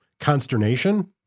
Consternation